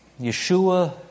Yeshua